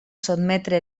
sotmetre